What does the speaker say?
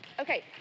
Okay